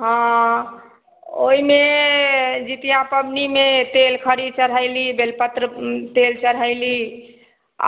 हँ ओहिमे जितिआ पबनीमे तेल खड़ि चढ़ैली बेलपत्र तेल चढ़ैली